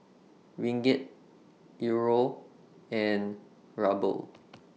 Ringgit Euro and Ruble